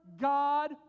God